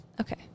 Okay